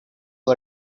who